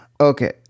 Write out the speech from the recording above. Okay